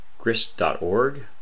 grist.org